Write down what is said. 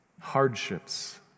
hardships